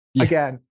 Again